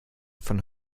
von